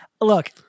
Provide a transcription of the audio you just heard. look